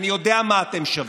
אני יודע מה אתם שווים,